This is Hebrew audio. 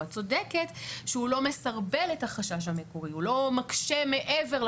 את צודקת שהוא לא מסרבל את החשש המקורי או מקשה מעבר,